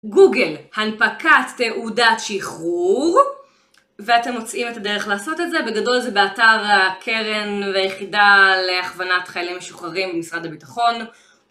גוגל הנפקת תעודת שחרור ואתם מוצאים את הדרך לעשות את זה בגדול זה באתר הקרן והיחידה להכוונת חיילים משוחררים במשרד הביטחון